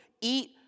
eat